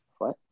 right